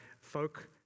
folk